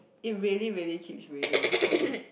it really really keep raining hang on